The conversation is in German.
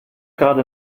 gerade